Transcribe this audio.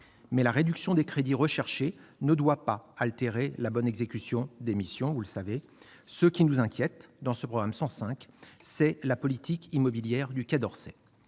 Mais la réduction des crédits recherchée ne doit pas altérer la bonne exécution des missions. Ce n'est pas le cas ! Ce qui nous inquiète dans ce programme 105, c'est la politique immobilière du Quai d'Orsay.